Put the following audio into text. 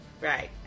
right